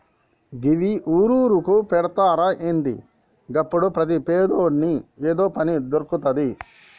గివ్వి ఊరూరుకు పెడ్తరా ఏంది? గప్పుడు ప్రతి పేదోని ఏదో పని దొర్కుతది